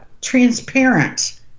transparent